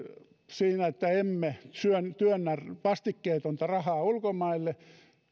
sillä että emme työnnä vastikkeetonta rahaa ulkomaille